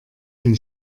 den